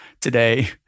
today